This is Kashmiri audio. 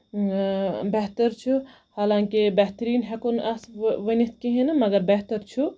بہتر چھُ حالانکہِ بہتٔریٖن ہٮ۪کَو نہٕ اَتھ ؤنِتھ کِہیٖنۍ نہٕ مَگر بہتر چھُ